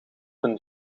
een